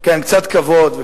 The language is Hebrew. כן, קצת כבוד.